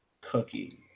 cookie